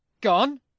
Gone